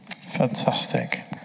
Fantastic